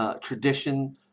tradition